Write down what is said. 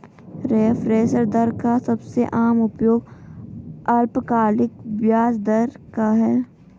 reference दर का सबसे आम उपयोग अल्पकालिक ब्याज दर का है